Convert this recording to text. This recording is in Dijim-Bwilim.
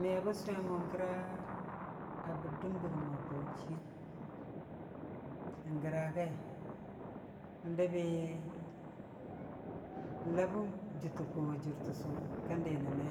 Me bən sʊwe mo gəra a bɨr dən dɨrɨ mo Bauchii yən, n'gəra gai, n'dəbbi n'labbə jɨtɨ kwu a jɨr təssʊ kən di nən me,